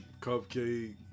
Cupcake